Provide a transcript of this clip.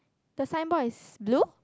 the signboard is blue